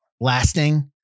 lasting